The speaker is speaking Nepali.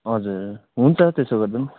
हजुर हुन्छ त्यसो गर्दा पनि